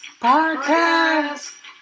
Podcast